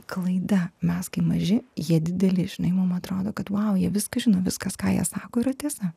klaida mes kai maži jie dideli žinai mum atrodo kad vau jie viską žino viskas ką jie sako yra tiesa